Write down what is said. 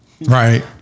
right